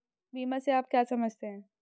बीमा से आप क्या समझते हैं?